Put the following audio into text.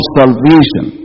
salvation